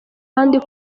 kandi